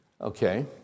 Okay